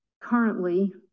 currently